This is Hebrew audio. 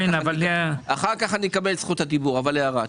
אחר כך אני אקבל את זכות הדיבור, אבל הערה.